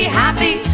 happy